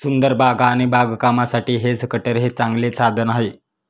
सुंदर बागा आणि बागकामासाठी हेज कटर हे एक चांगले साधन आहे